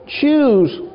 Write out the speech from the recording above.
choose